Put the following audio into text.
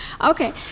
Okay